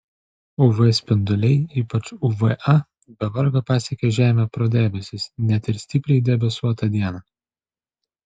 uv spinduliai ypač uv a be vargo pasiekia žemę pro debesis net ir stipriai debesuotą dieną